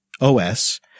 OS